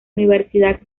universidad